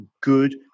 good